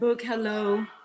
hello